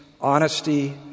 honesty